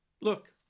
Look